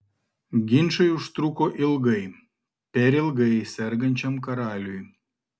ginčai užtruko ilgai per ilgai sergančiam karaliui